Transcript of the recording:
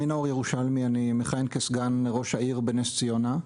אני מכהן כסגן ראש עיריית נס ציונה.